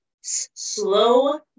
Slow